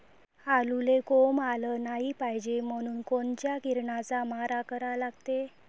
आलूले कोंब आलं नाई पायजे म्हनून कोनच्या किरनाचा मारा करा लागते?